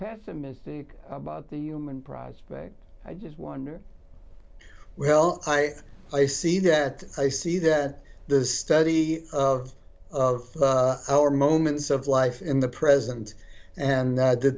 pessimistic about the human prospect i just wonder well i i see that i see that the study of of our moments of life in the present and th